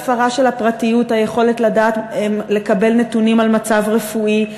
בהפרה של הפרטיות וביכולת לקבל נתונים על מצב רפואי.